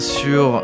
sur